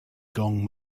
gong